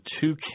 two